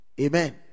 Amen